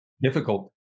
difficult